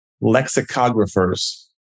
lexicographers